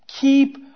Keep